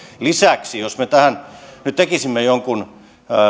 lisäksi jos me tähän nyt tekisimme jonkun